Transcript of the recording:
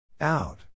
Out